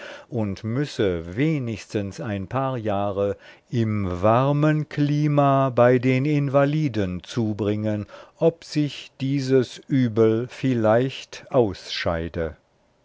und müsse wenigstens ein paar jahre im warmen klima bei den invaliden zubringen ob sich dieses übel vielleicht ausscheide